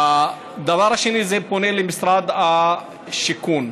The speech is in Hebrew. הדבר השני מופנה למשרד השיכון.